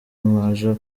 mwaje